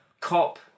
COP